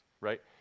right